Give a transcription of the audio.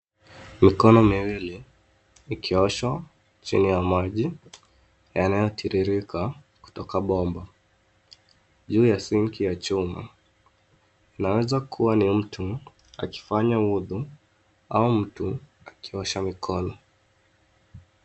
Mikono miwili ikoshwa chini ya maji yanayotiririka kutoka bomba, juu ya sinki ya chuma. Inaweza kuwa ni mtu akifanya udhu au mtu akiosha mikono.